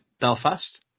Belfast